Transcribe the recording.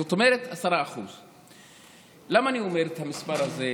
זאת אומרת, 10%. למה אני אומר את המספר הזה?